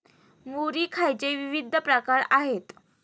मुरी खायचे विविध प्रकार आहेत